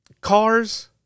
cars